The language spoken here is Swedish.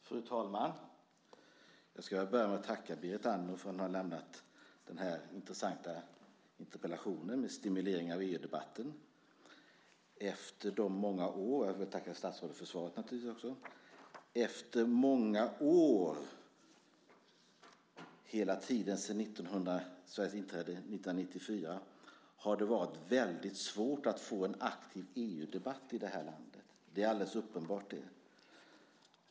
Fru talman! Jag ska börja med att tacka Berit Andnor för att hon har ställt den här intressanta interpellationen om stimulering av EU-debatten. Jag vill naturligtvis tacka statsrådet för svaret också. Under många år, hela tiden sedan Sveriges inträde 1994, har det varit väldigt svårt att få en aktiv EU-debatt i det här landet. Det är alldeles uppenbart.